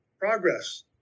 progress